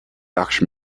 auction